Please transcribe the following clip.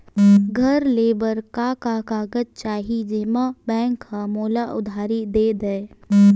घर ले बर का का कागज चाही जेम मा बैंक हा मोला उधारी दे दय?